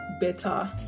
better